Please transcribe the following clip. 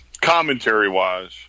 commentary-wise